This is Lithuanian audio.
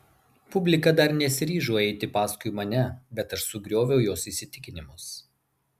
publika dar nesiryžo eiti paskui mane bet aš sugrioviau jos įsitikinimus